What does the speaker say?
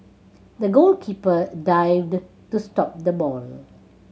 the goalkeeper dived to stop the ball